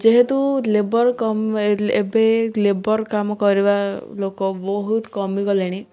ଯେହେତୁ ଲେବର୍ କମ୍ ଏବେ ଲେବର୍ କାମ କରିବା ଲୋକ ବହୁତ କମି ଗଲେଣି